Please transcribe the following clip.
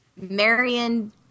Marion